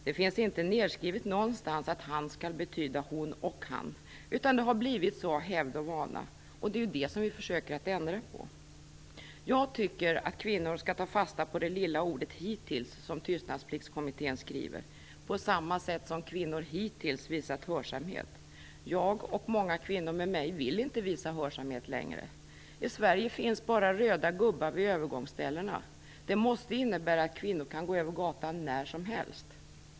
Det finns inte nedskrivet någonstans att "han" skall betyda "hon och han", utan det har blivit så av hävd och vana. Det är ju det vi försöker ändra på! Jag tycker att kvinnor skall ta fasta på det lilla ordet "hittills" i följande mening från Tystnadspliktskommittén: "på samma sätt som kvinnor hittills visat hörsamhet". Jag, och många kvinnor med mig, vill inte visa hörsamhet längre. I Sverige finns bara röda gubbar vid övergångsställena. Det måste innebära att kvinnor kan gå över gatan när som helst.